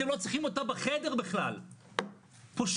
אתם לא צריכים אותה בחדר בכלל, פושעים.